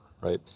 right